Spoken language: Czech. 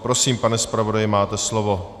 Prosím, pane zpravodaji, máte slovo.